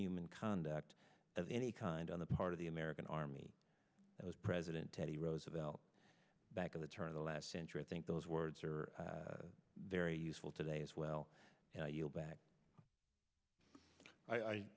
human conduct of any kind on the part of the american army that was president teddy roosevelt back at the turn of the last century i think those words are very useful today as well and you'll back i